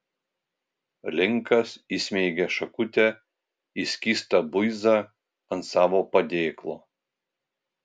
linkas įsmeigė šakutę į skystą buizą ant savo padėklo